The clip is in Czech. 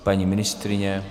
Paní ministryně?